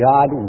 God